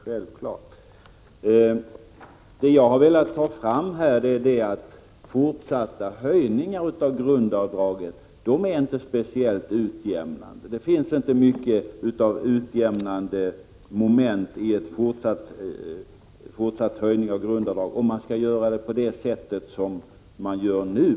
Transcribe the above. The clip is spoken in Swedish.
Jag har velat hålla fram att fortsatta höjningar av grundavdraget inte är speciellt utjämnande. Det finns inte mycket av utjämnande moment i en fortsatt höjning av grundavdraget, om man skall göra som man gör nu.